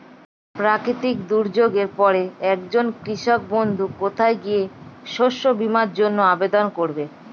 প্রাকৃতিক দুর্যোগের পরে একজন কৃষক বন্ধু কোথায় গিয়ে শস্য বীমার জন্য আবেদন করবে?